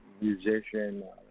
musician